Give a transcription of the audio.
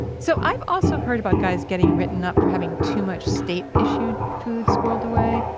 so i've also heard about guys getting written up for having too much state-issued food squirreled away.